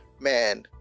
man